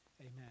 amen